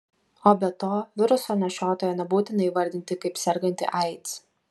o be to viruso nešiotoją nebūtina įvardinti kaip sergantį aids